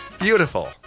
Beautiful